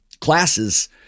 classes